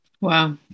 Wow